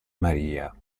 maria